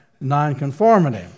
nonconformity